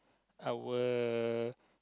our